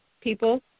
people